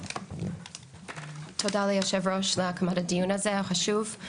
תודה ליו"ר על הדיון הזה החשוב.